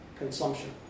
consumption